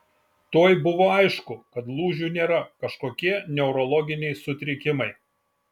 tuoj buvo aišku kad lūžių nėra kažkokie neurologiniai sutrikimai